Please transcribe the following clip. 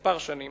מספר שנים,